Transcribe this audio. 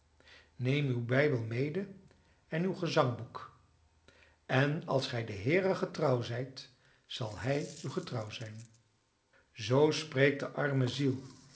neem uw bijbel mede en uw gezangboek en als gij den heere getrouw zijt zal hij u getrouw zijn zoo spreekt de arme ziel